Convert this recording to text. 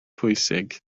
pwysig